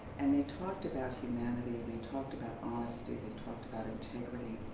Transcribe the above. and they talked about humanity, ah they talked about honesty. they talked about integrity.